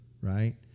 right